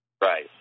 Right